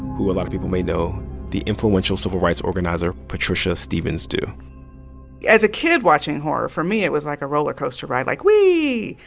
who a lot of people may know the influential civil rights organizer patricia stephens due as a kid watching horror, for me, it was like a roller coaster ride like, wee,